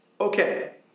okay